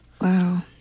Wow